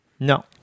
No